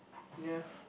ya